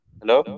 hello